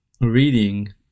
reading